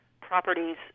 properties